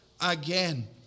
again